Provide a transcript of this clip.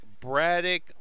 braddock